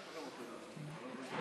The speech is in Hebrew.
התשע"ו 2016, של חבר הכנסת מיקי לוי.